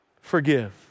forgive